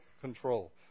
control